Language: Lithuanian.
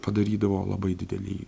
padarydavo labai didelį